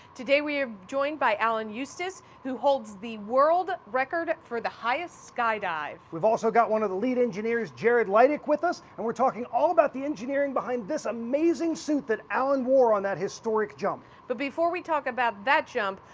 today we are joined by alan eustace who holds the world record for the highest skydive. we've also got one of the lead engineers jared leidich with us and we're talking all about the engineering behind this amazing suit that alan wore on that historic jump. but before we talk about that jump,